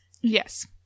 yes